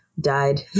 died